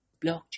blockchain